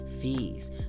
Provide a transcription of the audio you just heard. fees